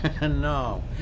No